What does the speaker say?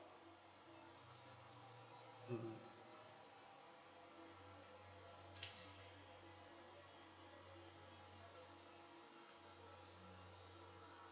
mm